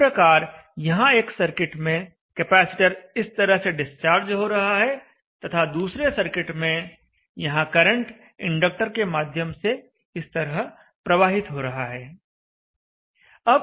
इस प्रकार यहां एक सर्किट में कैपेसिटर इस तरह से डिस्चार्ज हो रहा है तथा दूसरे सर्किट में यहां करंट इंडक्टर के माध्यम से इस तरह प्रवाहित हो रहा है